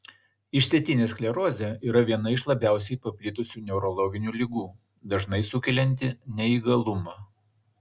išsėtinė sklerozė yra viena iš labiausiai paplitusių neurologinių ligų dažnai sukelianti neįgalumą